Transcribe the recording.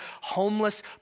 homeless